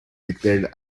declared